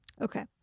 Okay